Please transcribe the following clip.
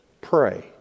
Pray